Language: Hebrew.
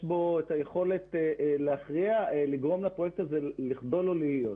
יש בו את היכולת להכריע ולגרום לפרויקט הזה לחדול או להיות.